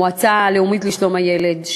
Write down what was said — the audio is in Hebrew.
המועצה הלאומית לשלום הילד,